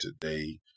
today